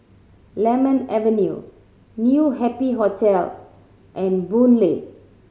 Lemon Avenue New Happy Hotel and Boon Lay